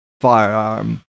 firearm